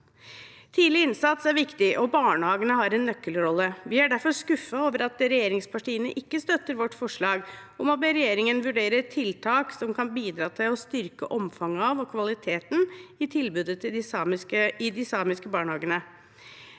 Tidlig innsats er viktig, og barnehagene har en nøkkelrolle. Vi er derfor skuffet over at regjeringspartiene ikke støtter vårt forslag om å be regjeringen vurdere tiltak som kan bidra til å styrke omfanget av og kvaliteten i tilbudet i de samiske barnehagene.